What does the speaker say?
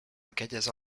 aquelles